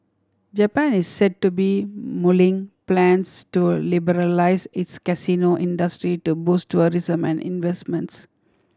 Japan is said to be mulling plans to liberalise its casino industry to boost tourism and investments